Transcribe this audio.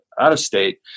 out-of-state